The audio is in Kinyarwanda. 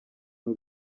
n’u